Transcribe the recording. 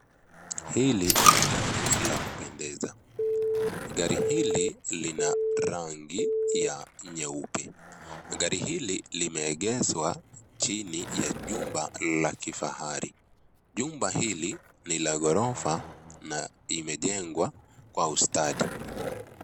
Hili ni gari la kupendeza. Gari hili lina rangi ya nyeupe. Gari hili limeegeshwa chini ya jumba la kifahari. Jumba hili ni la ghorofa na imejengwa kwa ustadi.